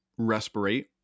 respirate